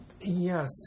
Yes